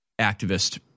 activist